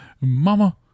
mama